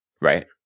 right